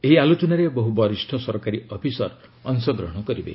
ଏହି ଆଲୋଚନାରେ ବହୁ ବରିଷ୍ଠ ସରକାରୀ ଅଫିସର ଅଂଶଗ୍ରହଣ କରିବେ